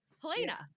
Helena